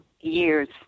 years